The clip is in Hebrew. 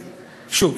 שוב,